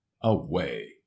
away